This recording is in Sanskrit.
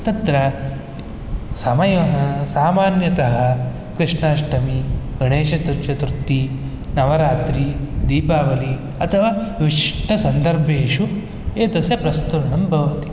तत्र समयः सामान्यतः कृष्णष्टमी गणेशतुचतुर्थी नवरात्री दीपावली अथवा विशिष्टसन्दर्भेषु एतस्य प्रस्तुरनं भवति